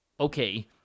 okay